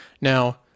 Now